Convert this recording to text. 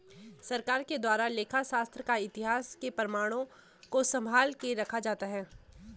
सरकार के द्वारा लेखा शास्त्र का इतिहास के प्रमाणों को सम्भाल के रखा जाता है